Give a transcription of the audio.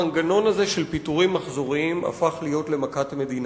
המנגנון הזה של פיטורים מחזוריים הפך להיות מכת מדינה,